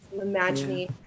imagine